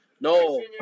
No